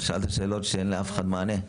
אתה שאלת שאלות שאין לאף אחד מענה,